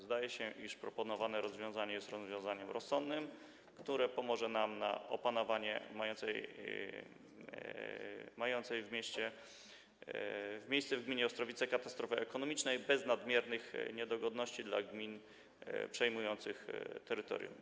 Zdaje się, iż proponowane rozwiązanie jest rozwiązaniem rozsądnym, które pomoże nam na opanowanie mającej miejsce w gminie Ostrowice katastrofy ekonomicznej bez nadmiernych niedogodności dla gmin przejmujących jej terytorium.